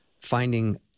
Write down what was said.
finding